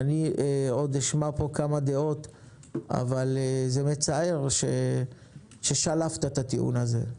אני עוד אשמע פה כמה דעות אבל זה מצער ששלפת את הטיעון הזה.